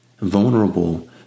vulnerable